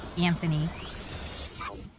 Anthony